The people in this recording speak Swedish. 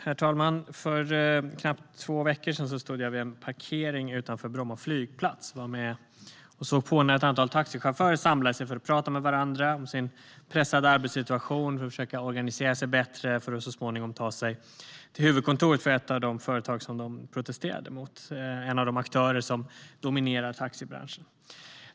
Herr talman! För knappt två veckor sedan stod jag vid en parkering utanför Bromma flygplats och såg på när ett antal taxichaufförer samlades för att prata med varandra om sin pressade arbetssituation och om att försöka organisera sig bättre. Så småningom skulle de ta sig till huvudkontoret för ett av de företag de protesterade mot, en av de aktörer som dominerar taxibranschen.